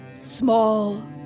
small